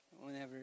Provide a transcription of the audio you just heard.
whenever